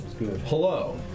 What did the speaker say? Hello